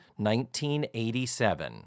1987